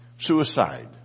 suicide